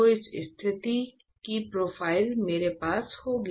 तो इस तरह की प्रोफाइल मेरे पास होगी